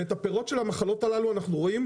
את הפירות של המחלות הללו אנחנו רואים,